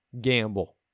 gamble